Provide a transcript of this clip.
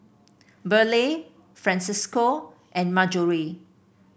Burleigh Francisco and Marjorie